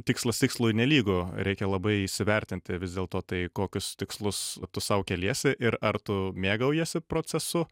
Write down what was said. tikslas tikslui nelygu reikia labai įsivertinti vis dėlto tai kokius tikslus tu sau keliesi ir ar tu mėgaujiesi procesu